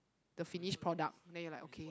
the finish product then you're like okay